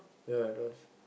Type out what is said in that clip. ya it does